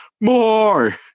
More